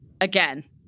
again